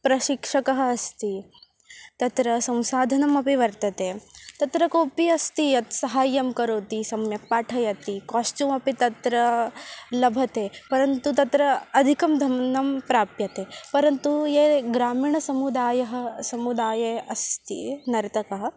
प्रशिक्षकः अस्ति तत्र संसाधनमपि वर्तते तत्र कोऽपि अस्ति यः सहायं करोति सम्यक् पाठयति कास्च्यूम् अपि तत्र लभ्यते परन्तु तत्र अधिकं धनं प्राप्यते परन्तु यः ग्रामीणसमुदायः समुदाये अस्ति नर्तकः